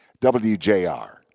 WJR